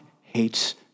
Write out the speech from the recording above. hates